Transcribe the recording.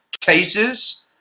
cases